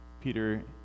Peter